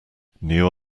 new